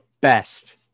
best